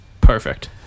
Perfect